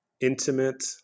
intimate